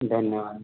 धन्यवाद